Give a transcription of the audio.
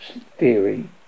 theory